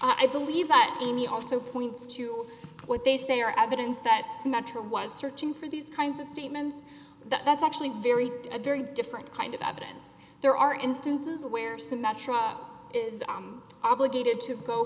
i believe that amy also points to what they say are evidence that metra was searching for these kinds of statements that's actually very a very different kind of evidence there are instances where some metro is obligated to go